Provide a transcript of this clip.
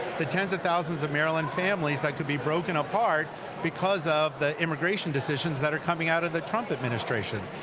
the tens of thousands of maryland families that could be broken apart because of the immigration decisions that are coming out of the trump administration.